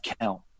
count